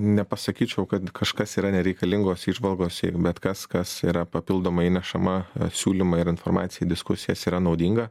nepasakyčiau kad kažkas yra nereikalingos įžvalgos šiaip bet kas kas yra papildomai įnešama siūlymai ir informacija į diskusijas yra naudinga